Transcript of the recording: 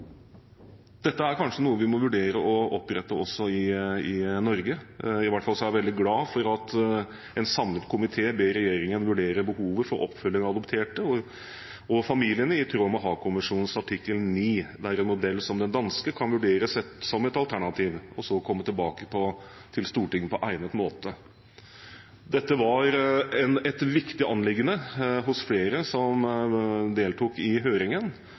Dette er kanskje noe vi må vurdere å opprette også i Norge. I hvert fall er jeg veldig glad for at en samlet komité foreslår at Stortinget ber regjeringen vurdere behovet for oppfølging av adopterte og familiene i tråd med Haagkonvensjonens artikkel 9, der en modell som den danske kan vurderes som et alternativ, og så komme tilbake til Stortinget på egnet måte. Dette var et viktig anliggende hos flere som deltok i høringen,